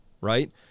right